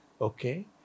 okay